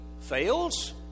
fails